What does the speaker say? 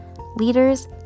Leaders